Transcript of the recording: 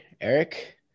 Eric